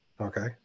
Okay